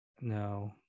No